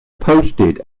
posted